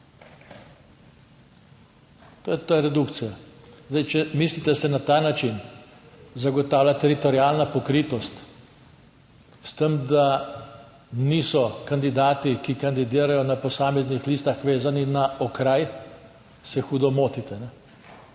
To je redukcija. Zdaj, če mislite, da se na ta način zagotavlja teritorialna pokritost s tem, da niso kandidati, ki kandidirajo na posameznih listah vezani na okraj, se hudo motite,